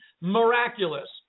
miraculous